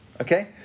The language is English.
Okay